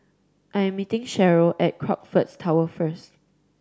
I am meeting Sharyl at Crockfords Tower first